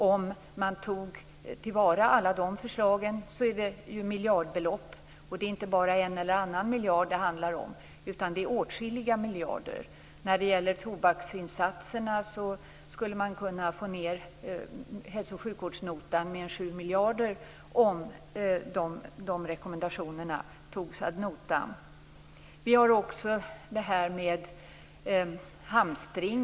Om man tog till vara alla de förslagen skulle man spara miljardbelopp. Och det handlar inte bara om en eller annan miljard, utan åtskilliga miljarder. Om Folkhälosinstitutets rekommendationer när det gäller tobaksinsatserna togs ad notam skulle man kunna få ned hälso och sjukvårdsnotan med 7 miljarder. Vi har också problemet med hamstring.